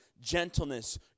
gentleness